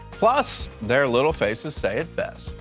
plus, their little faces say it best.